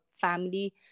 family